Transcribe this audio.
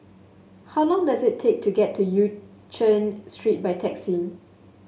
how long does it take to get to Yen Chen Street by taxi